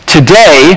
Today